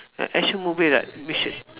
ya action movie like mission